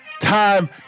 time